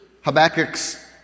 Habakkuk's